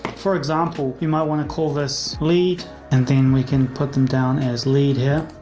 for example, you might want to call this lead and then we can put them down as lead here.